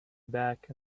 back